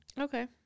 okay